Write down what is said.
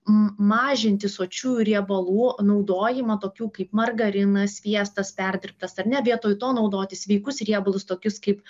mažinti sočiųjų riebalų naudojimą tokių kaip margarinas sviestas perdirbtas ar ne vietoj to naudoti sveikus riebalus tokius kaip